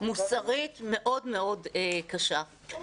מוסרית מאוד מאוד קשה.